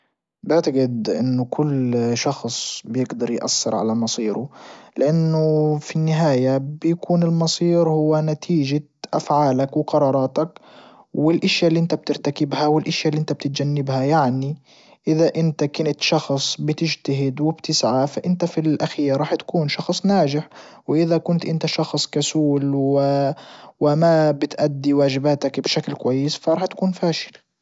بعتجد ان كل شخص بيقدر يأثر على مصيره لانه في النهاية بيكون المصير هو نتيجة افعالك وقراراتك والاشيا اللي انت بترتكبها والاشيا اللي انت بتتجنبها يعني اذا انت كنت شخص بتجتهد وبتسعى فانت فالاخير راح تكون شخص ناجح واذا كنت انت شخص كسول وما بتؤدي واجباتك بشكل كويس فرح تكون فاشل.